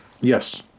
Yes